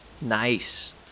Nice